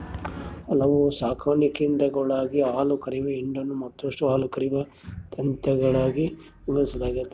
ಕೆಲವು ಸಾಕಣೆ ಕೇಂದ್ರಗುಳಾಗ ಹಾಲುಕರೆಯುವ ಹಿಂಡನ್ನು ಮತ್ತಷ್ಟು ಹಾಲುಕರೆಯುವ ತಂತಿಗಳಾಗಿ ವಿಂಗಡಿಸಲಾಗೆತೆ